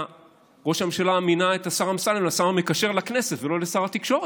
שראש הממשלה מינה את השר אמסלם לשר המקשר לכנסת דווקא ולא לשר התקשורת.